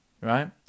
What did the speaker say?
Right